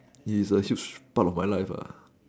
it is a huge part of my life ah